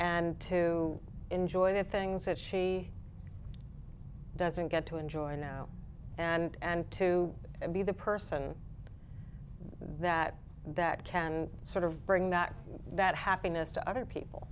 and to enjoy the things that she doesn't get to enjoy now and to be the person that that can sort of bring that that happiness to other